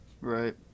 Right